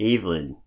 Evelyn